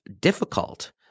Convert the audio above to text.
difficult